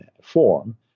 form